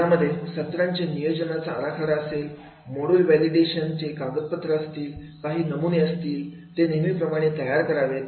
यामध्ये सत्राच्या नियोजनाचा आराखडा असेल मोडूल व्हॅलिडेशन चे कागदपत्र असतील काही नमुने असतील ते नेहमीप्रमाणे तयार करावेत